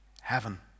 heaven